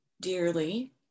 dearly